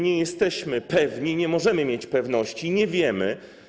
Nie jesteśmy pewni, nie możemy mieć pewności, nie wiemy.